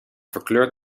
verkleurt